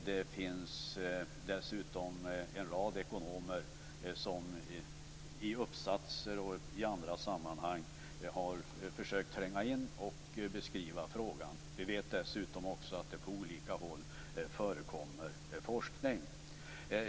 Det finns dessutom en rad ekonomer som i uppsatser och i andra sammanhang har försökt tränga in och beskriva frågan. Vi vet dessutom också att det på olika håll förekommer forskning.